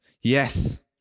Yes